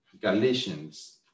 Galatians